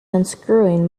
unscrewing